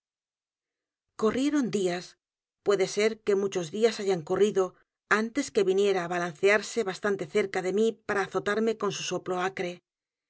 corrieron días puede ser que muchos días hayan corrido antes que viniera á balancearse bastante cerca de mí para azotarme con su soplo acre